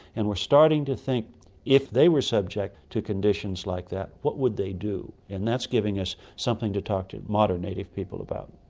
and we're starting to think if they were subject to conditions like that, what would they do? and that's giving us something to talk to modern native people about.